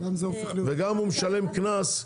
וגם הוא משלם קנס.